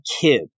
kid